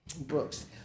books